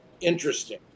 Interesting